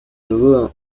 nouveau